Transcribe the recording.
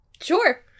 Sure